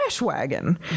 wagon